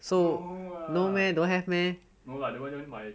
no lah no lah that one that one my